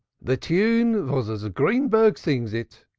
the tune was as greenberg sings it.